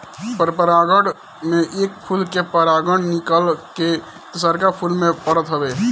परपरागण में एक फूल के परागण निकल के दुसरका फूल पर परत हवे